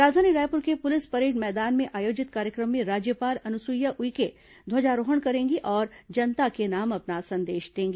राजधानी रायपुर के police parade मैदान में आयोजित कार्यक्रम में राज्यपाल अनुसुईया उइके ध्वजारोहण करेंगी और जनता के नाम अपना संदेश देंगी